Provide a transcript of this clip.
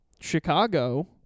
Chicago